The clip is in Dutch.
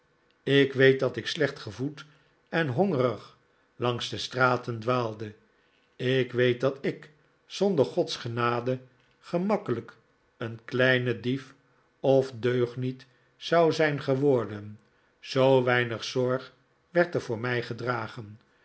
ik weet dat ik slecht gevoed en hongerig langs de straten dwaalde ik weet dat ik zonder gods genade gemakkelijk een kleine dief of deugniet zou zijn geworden zoo weinig zorg werd er voor mij gedragen